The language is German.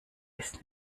ist